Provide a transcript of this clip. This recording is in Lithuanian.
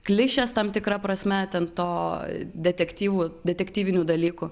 klišės tam tikra prasme ten to detektyvų detektyvinių dalykų